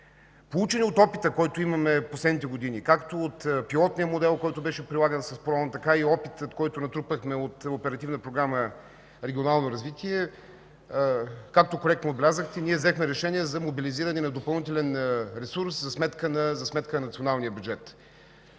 Поучени от опита, който имаме последните години – както от пилотния модел, който беше прилаган, така и опита, който натрупахме от Оперативна програма „Регионално развитие”, както коректно отбелязахте, взехме решение за мобилизиране на допълнителен ресурс за сметка на националния бюджет,